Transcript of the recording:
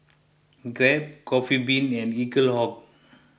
Grab Coffee Bean and Eaglehawk